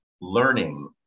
learning